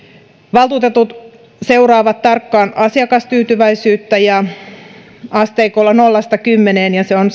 valtuutetut seuraavat tarkkaan asiakastyytyväisyyttä ja asteikolla nolla kymmeneen se on